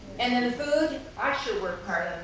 and then food, i should work hard